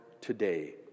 today